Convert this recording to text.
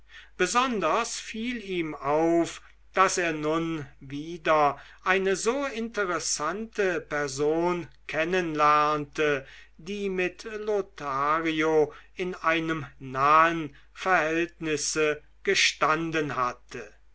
besonders fiel ihm auf daß er nun wieder eine so interessante person kennen lernte die mit lothario in einem nahen verhältnisse gestanden hatte